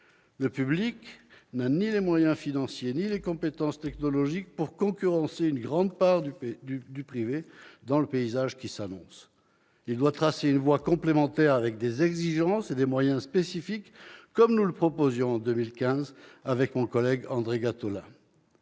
public n'a ni les moyens financiers ni les compétences technologiques pour concurrencer une grande part du privé dans le paysage médiatique qui s'annonce. Il doit tracer une voie complémentaire, avec des exigences et des moyens spécifiques, comme mon collègue André Gattolin